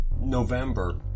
November